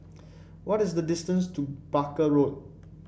what is the distance to Barker Road